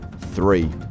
Three